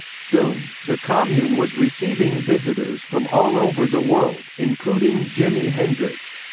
soon, the commune was receiving visitors from all over the world, including jimi hendrix.